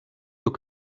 beau